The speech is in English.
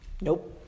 Nope